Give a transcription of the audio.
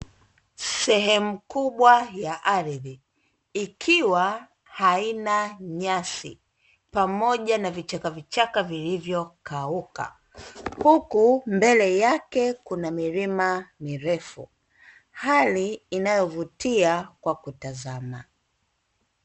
Sehemu kubwa ya ardhi ikiwa haina nyasi pamoja na vichakavichaka vilivyokauka, huku mbele yake kuna milima mirefu hali inayovutia kwa kutazama.